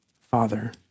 Father